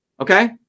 Okay